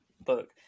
book